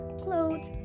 clothes